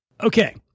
Okay